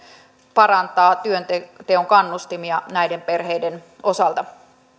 parantaa työnteon kannustimia näiden perheiden osalta